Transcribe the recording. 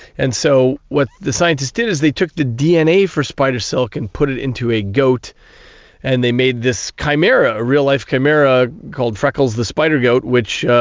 and so what the scientists did is they took the dna for spider silk and put it into a goat and they made this chimera, a real life chimera called freckles the spider goat, which